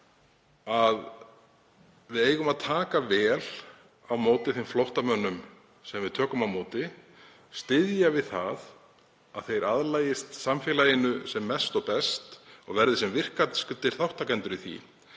að við eigum að taka vel á móti þeim flóttamönnum sem við tökum á móti, styðja við það að þeir aðlagist samfélaginu sem mest og best og verði sem virkastir þátttakendur í því.